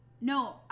No